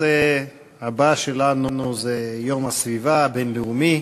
הנושא הבא שלנו הוא יום הסביבה הבין-לאומי.